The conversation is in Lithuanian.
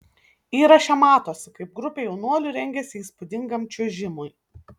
įraše matosi kaip grupė jaunuolių rengiasi įspūdingam čiuožimui